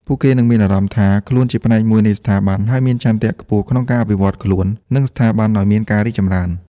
ពួកគេនឹងមានអារម្មណ៍ថាខ្លួនជាផ្នែកមួយនៃស្ថាប័ន ហើយមានឆន្ទៈខ្ពស់ក្នុងការអភិវឌ្ឍន៍ខ្លួន និងស្ថាប័នឲ្យមានការរីកចម្រើន។